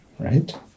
Right